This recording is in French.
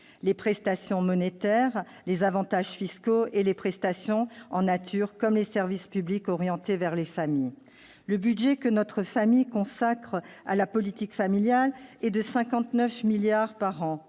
les prestations monétaires, les avantages fiscaux et des prestations en nature comme les services publics orientés vers les familles. Le budget que notre pays consacre à la politique familiale est de 59 milliards d'euros